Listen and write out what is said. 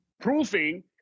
proving